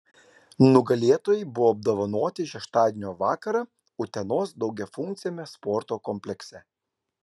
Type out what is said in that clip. nugalėtojai buvo apdovanoti šeštadienio vakarą utenos daugiafunkciame sporto komplekse